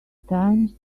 times